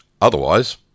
Otherwise